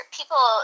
people